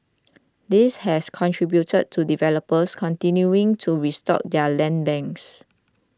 this has contributed to developers continuing to restock their land banks